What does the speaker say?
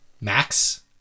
max